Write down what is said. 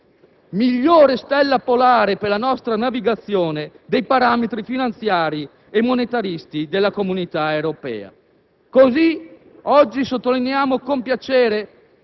migliore stella polare per la nostra navigazione che non i parametri finanziari e monetaristi della Comunità europea. Così oggi sottolineiamo con piacere